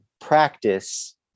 practice